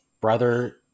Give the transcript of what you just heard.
Brother